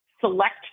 select